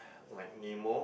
like Nemo